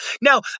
Now